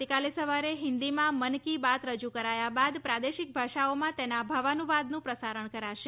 આવતીકાલે સવારે હિન્દીમાં મન કી બાત રજ્ન કરાયા બાદ પ્રાદેશિક ભાષાઓમાં તેના ભાવાનુવાદનું પ્રસારણ કરાશે